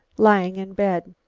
lying in bed.